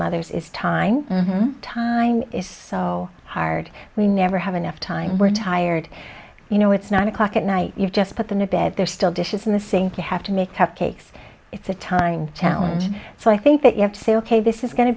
mothers is time time is so hard we never have enough time we're tired you know it's nine o'clock at night you just put them to bed there's still dishes in the sink you have to make cupcakes it's a time challenge so i think that you have to say ok this is going to